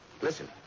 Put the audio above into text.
Listen